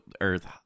Earth